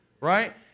Right